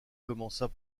commença